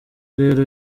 rero